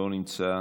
לא נמצא,